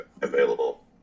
available